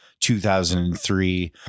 2003